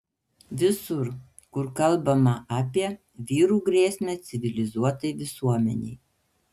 visur kur kalbama apie vyrų grėsmę civilizuotai visuomenei